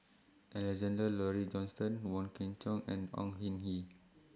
Alexander Laurie Johnston Wong Kwei Cheong and Au Hing Yee